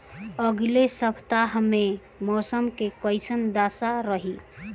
अलगे सपतआह में मौसम के कइसन दशा रही?